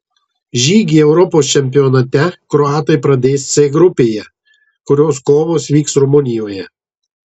žygį europos čempionate kroatai pradės c grupėje kurios kovos vyks rumunijoje